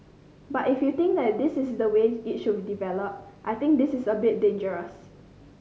but if you think this is the way it should develop I think this is a bit dangerous